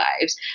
lives